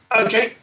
Okay